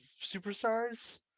superstars